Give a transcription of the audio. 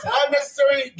unnecessary